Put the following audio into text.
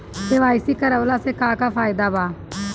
KYC करवला से का का फायदा बा?